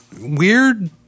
weird